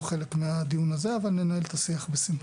חלק מהדיון הזה אבל ננהל את השיח בסיום.